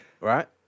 right